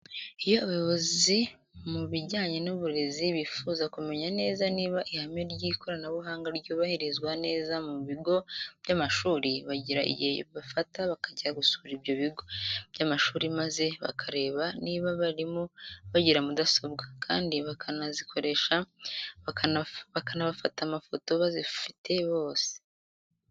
Iyo abayobozi mu bijyanye n'uburezi bifuza kumenya neza niba ihame ry'ikoranabuhanga ryubahirizwa neza mu bigo by'amashuri, bagira igihe bafata bakajya gusura ibyo bigo by'amashuri maze bakareba niba abarimu bagira mudasobwa, kandi bakanazikoresha bakanabafata amafoto bazifite bose.